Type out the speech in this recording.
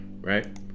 right